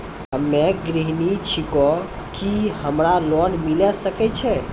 हम्मे गृहिणी छिकौं, की हमरा लोन मिले सकय छै?